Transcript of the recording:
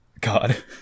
God